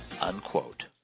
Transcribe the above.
unquote